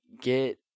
get